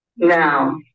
Now